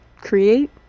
create